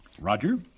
Roger